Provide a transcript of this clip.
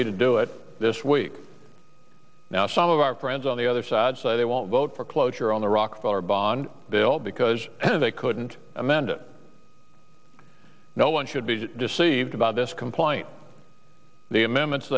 need to do it this week now some of our friends on the other sad say they won't vote for cloture on the rockefeller bond bill because they couldn't amend it no one should be deceived about this compliant the amendments